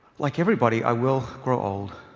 like everybody, i will grow old,